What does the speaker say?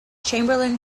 chamberlain